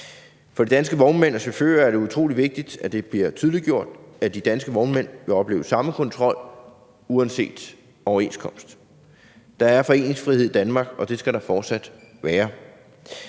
For de danske vognmænd og chauffører er det utrolig vigtigt, at det bliver tydeliggjort, at de danske vognmænd vil opleve samme kontrol uanset overenskomst. Der er foreningsfrihed i Danmark, og det skal der fortsat være.